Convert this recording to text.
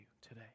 today